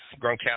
Gronkowski